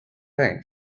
pain